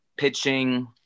Pitching